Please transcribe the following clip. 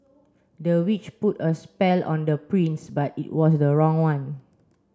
the witch put a spell on the prince but it was the wrong one